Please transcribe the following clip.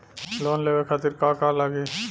Loan लेवे खातीर का का लगी?